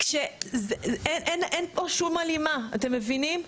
אין פה שום הלימה, אתם מבינים?